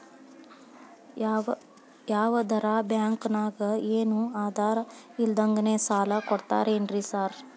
ಯಾವದರಾ ಬ್ಯಾಂಕ್ ನಾಗ ಏನು ಆಧಾರ್ ಇಲ್ದಂಗನೆ ಸಾಲ ಕೊಡ್ತಾರೆನ್ರಿ ಸಾರ್?